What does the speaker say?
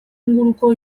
inguruko